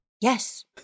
Yes